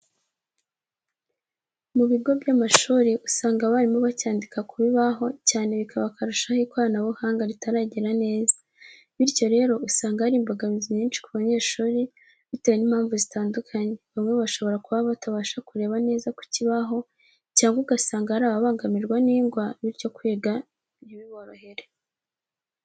Mu bigo by'amashuri, usanga abarimu bacyandika ku bibaho cyane bikaba akarusho aho ikoranabuhanga ritaragera neza. Bityo rero usanga hari imbogamizi nyinshi ku banyeshuri, bitewe n'impamvu zitandukanye, bamwe bashobora kuba batabasha kureba neza ku kibaho cyangwa ugasanga hari ababangamirwa n'ingwa bityo kwiga ntibiborohere.